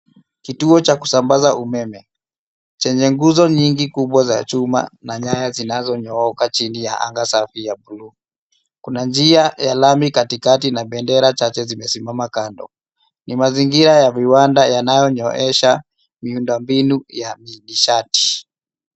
Kituo cha kusambaza umeme, chenye nguzo nyingi kubwa za chuma na nyaya zinazoyooka chini ya anga safi ya bluu. Kuna njia ya lami katikati na bendera chahche zimesimama kando. Ni mazingira ya viwanda yanayonyoesha miundombinu ya nishati.